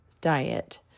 diet